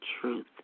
truth